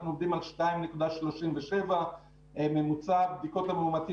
אנחנו עומדים על 2.37. ממוצע בדיקות המאומתים